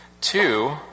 Two